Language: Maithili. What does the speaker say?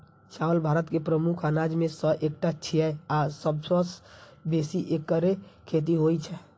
चावल भारत के प्रमुख अनाज मे सं एकटा छियै आ सबसं बेसी एकरे खेती होइ छै